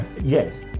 Yes